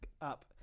up